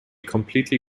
completely